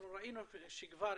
אנחנו ראינו שאפשר.